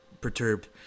perturbed